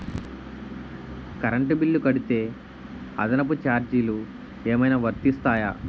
Current bill కడితే అదనపు ఛార్జీలు ఏమైనా వర్తిస్తాయా?